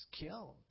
killed